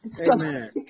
amen